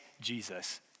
Jesus